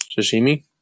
Sashimi